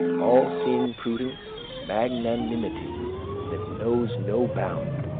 all-seeing prudence, magnanimity that knows no bound,